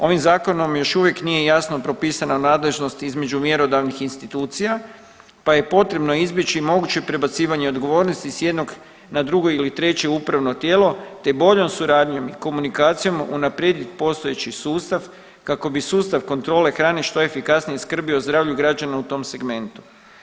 Ovim zakonom još uvijek nije jasno propisana nadležnost između mjerodavnih institucija, pa je potrebno izbjeći moguće prebacivanje odgovornosti sa jednog na drugo ili treće upravno tijelo, te boljom suradnjom i komunikacijom unaprijediti postojeći sustav kako bi sustav kontrole hrane što efikasnije skrbio o zdravlju građana u tom segmentu.